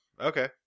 Okay